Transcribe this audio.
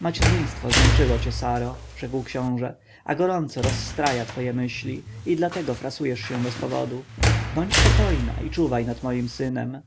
macierzyństwo zmęczyło cię saro rzekł książę a gorąco rozstraja twoje myśli i dlatego frasujesz się bez powodu bądź spokojna i czuwaj nad moim synem